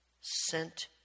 sent